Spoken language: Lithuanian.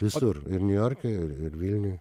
visur ir niujorke ir ir vilniuj